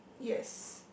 yes